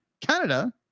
Canada